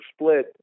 split